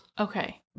Okay